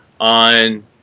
on